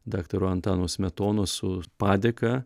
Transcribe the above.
daktaro antano smetonos su padėka